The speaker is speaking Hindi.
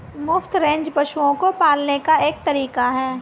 मुफ्त रेंज पशुओं को पालने का एक तरीका है